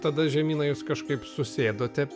tada žemyna jūs kažkaip susėdote